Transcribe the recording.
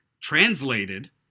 Translated